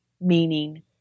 meaning